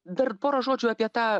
dar pora žodžių apie tą